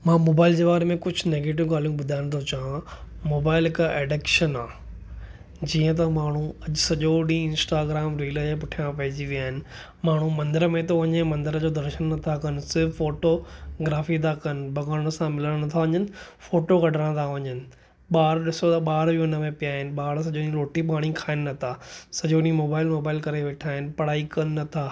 मां मोबाईल जे बारे में कुझु नेगेटिव ॻाल्हियूं ॿुधायन थो चाहियां मोबाईल हिकु एडेक्शन आहे जीअं त माण्हूं सॼो ॾींहुं इंस्टाग्राम रील जे पुठियां पइजी विया आहिनि माण्हू मंदिर में थो वञे मंदिर जो दर्शन नथा कनि सिर्फ़ फोटोग्राफी था कनि भॻवान सां मिलन नथा वञनि फोटो कढण था वञनि ॿार ॾिसो त ॿार बि हुनमें पिया आहिनि त जिन ॿार रोटी पाणी खाइण नथा सॼो ॾींहुं मोबाईल मोबाईल करे वेठा आहिनि पढाई कनि नथा